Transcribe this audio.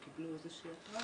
או קיבלו איזה שהוא תנאי,